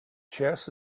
chess